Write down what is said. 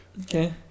Okay